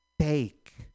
take